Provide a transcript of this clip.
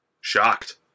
Shocked